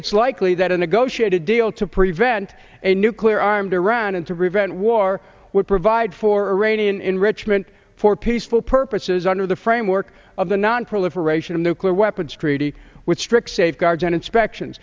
it's likely that a negotiated deal to prevent a nuclear armed iran and to prevent war would provide for a rainy an enrichment for peaceful purposes under the framework of the nonproliferation of nuclear weapons treaty with strict safeguards and inspections